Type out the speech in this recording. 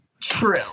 true